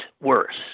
worse